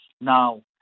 Now